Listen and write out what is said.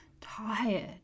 tired